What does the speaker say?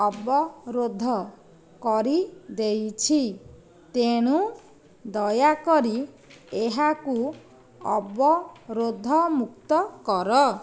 ଅବରୋଧ କରିଦେଇଛି ତେଣୁ ଦୟାକରି ଏହାକୁ ଅବରୋଧମୁକ୍ତ କର